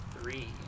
three